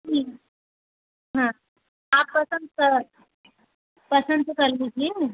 जी ma'am हाँ आप पसंद पसंद तो कर लीजिए